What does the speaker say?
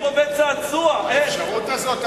אז איך שלחתם חיילים עם רובי צעצוע?